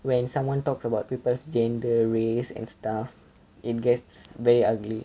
when someone talks about people's gender race and stuff it gets very ugly